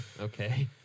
Okay